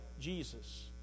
Jesus